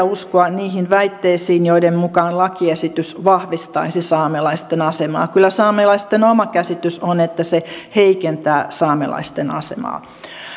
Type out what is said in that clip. uskoa niihin väitteisiin joiden mukaan lakiesitys vahvistaisi saamelaisten asemaa kyllä saamelaisten oma käsitys on että se heikentää saamelaisten asemaa